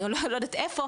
אני לא יודעת איפה,